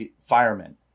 firemen